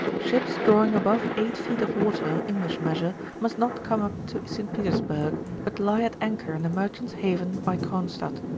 ships drawing above eight feet of water, english measure, must not come up to st. petersburg, but lie at anchor in the merchant's haven by gronstadt,